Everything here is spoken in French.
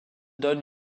donne